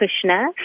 Krishna